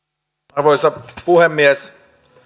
arvoisa puhemies